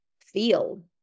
feel